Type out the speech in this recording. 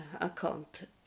account